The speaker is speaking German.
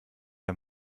der